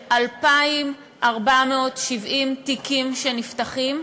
2,470 תיקים נפתחים,